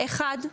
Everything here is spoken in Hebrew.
אחד,